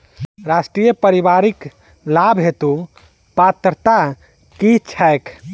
राष्ट्रीय परिवारिक लाभ हेतु पात्रता की छैक